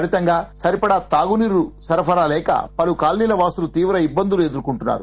ఫలితంగా సరిపడా తాగునీరు సరఫరా లేక పలుకాలనీల వాసులు తీవ్ర ఇట్టందులు పడుతున్నారు